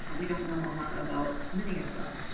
and we don't know a lot about many of them.